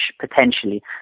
potentially